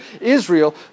Israel